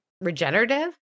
regenerative